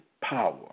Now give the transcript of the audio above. power